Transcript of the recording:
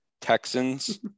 Texans